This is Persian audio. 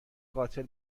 قاتل